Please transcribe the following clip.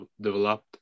developed